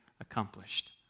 accomplished